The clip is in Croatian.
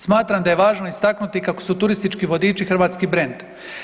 Smatram da je važno istaknuti kako su turistički vodiči hrvatski brend.